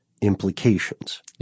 implications